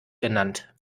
genannt